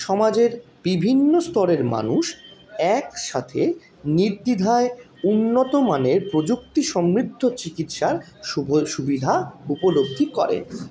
সমাজের বিভিন্ন স্তরের মানুষ একসাথে নির্দ্বিধায় উন্নতমানের প্রযুক্তি সমৃদ্ধ চিকিৎসার সুফল সুবিধা উপলব্ধি করে